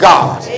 God